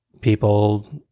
people